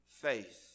faith